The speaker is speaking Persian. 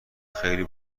خیلی